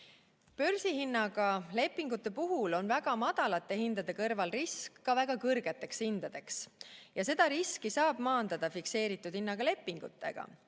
Börsihinnaga lepingute puhul on väga madalate hindade kõrval risk ka väga kõrgeteks hindadeks ja seda riski saab maandada fikseeritud hinnaga lepingutega.